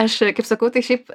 aš kaip sakau tai šiaip